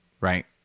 right